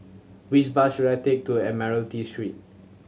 which bus should I take to Admiralty Street